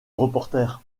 reporter